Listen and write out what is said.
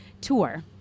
tour